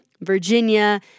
Virginia